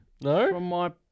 No